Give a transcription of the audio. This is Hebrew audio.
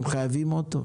הם חייבים אוטו.